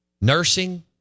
nursing